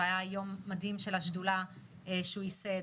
והיה יום מדהים של השדולה שהוא ייסד,